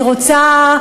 אני רוצה,